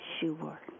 Sure